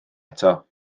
eto